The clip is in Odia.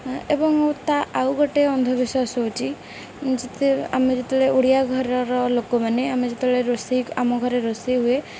ଏବଂ ତା ଆଉ ଗୋଟିଏ ଅନ୍ଧବିଶ୍ୱାସ ହେଉଛି ଯେେ ଆମେ ଯେତେବେଳେ ଓଡ଼ିଆ ଘରର ଲୋକମାନେ ଆମେ ଯେତେବେଳେ ରୋଷେଇ ଆମ ଘରେ ରୋଷେଇ ହୁଏ